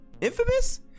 infamous